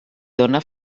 dóna